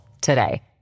today